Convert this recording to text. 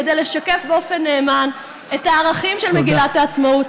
כדי לשקף באופן נאמן את הערכים של מגילת העצמאות.